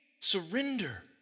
surrender